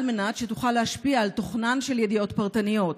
על מנת שתוכל להשפיע על תוכנן של ידיעות פרטניות.